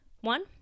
One